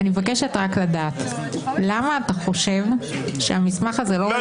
אני מבקשת רק לדעת ,למה אתה חושב שהמסמך הזה לא רלוונטי?